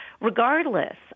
regardless